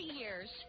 years